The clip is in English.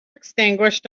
extinguished